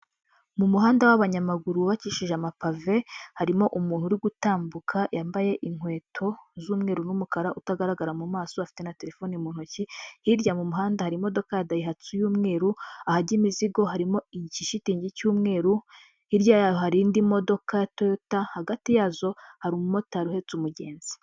Mu muhanda w'abanyamaguru wubakishije amapave, harimo umuntu uri gutambuka yambaye inkweto z'umweru n'umukara utagaragara mu maso, afite na telefoni mu ntoki, hirya mu muhanda hari imodoka ya Dayihatsu y'umweru, ahajya imizigo harimo igishitingi cy'umweru, hirya ya hari indi modoka ya Toyota, hagati yazo hari umumotari uhetse umugenzi.